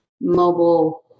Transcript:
mobile